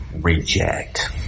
reject